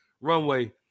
runway